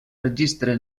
registre